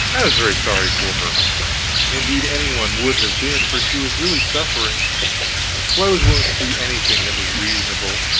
i was very sorry for her indeed, any one would have been, for she was really suffering so i was willing to do anything that was reasonable,